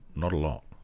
not a lot.